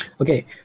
Okay